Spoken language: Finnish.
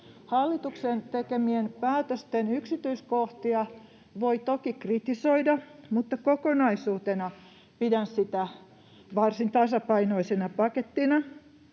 Hallituksen tekemien päätösten yksityiskohtia voi toki kritisoida, mutta kokonaisuutena pidän sitä varsin tasapainoisena pakettina.